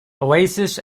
oasis